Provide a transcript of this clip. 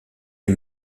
est